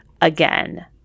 again